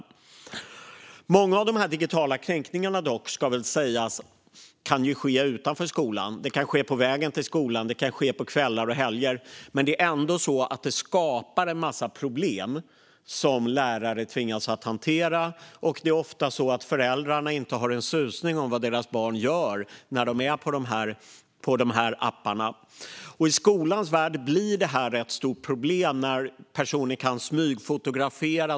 Det ska dock sägas att många av de digitala kränkningarna kan ske utanför skolan. De kan ske på vägen till skolan, och de kan ske på kvällar och helger. Men det är ändå så att detta skapar en massa problem som lärare tvingas hantera. Föräldrarna har ofta inte en susning om vad deras barn gör när de är på de här apparna. I skolans värld blir det ett stort problem när personer kan smygfotografera.